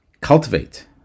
cultivate